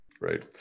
right